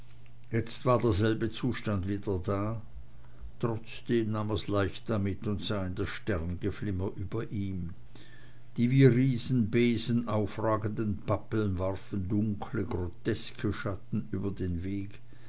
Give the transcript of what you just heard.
jetzt war derselbe zustand wieder da trotzdem nahm er's leicht damit und sah in das sterngeflimmer über ihm die wie riesenbesen aufragenden pappeln warfen dunkle groteske schatten über den weg